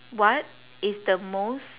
what is the most